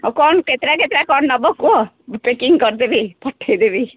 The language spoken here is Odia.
ଆଉ କ'ଣ କେତେଟା କେତେଟା କ'ଣ ନେଵ କୁହ ମୁଁ ପ୍ୟାକିଙ୍ଗ୍ କରିଦେବି ପଠେଇଦେବି